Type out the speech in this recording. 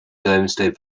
domesday